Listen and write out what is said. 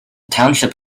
township